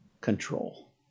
control